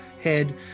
head